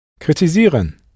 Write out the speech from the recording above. Kritisieren